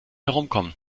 herumkommen